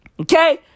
Okay